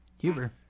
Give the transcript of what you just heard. Uber